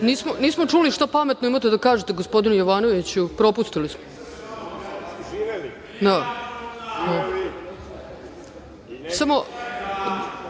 Nismo čuli šta pametno imate da kažete, gospodine Jovanoviću, propustili smo. Gospodine